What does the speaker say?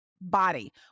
body